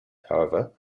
however